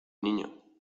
niño